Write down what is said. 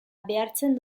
behartzen